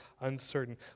uncertain